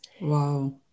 Wow